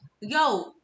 Yo